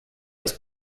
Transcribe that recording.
das